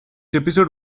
episode